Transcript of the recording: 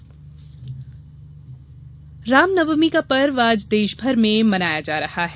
रामनवमीं रामनवमी का पर्व आज देशभर में मनाया जा रहा है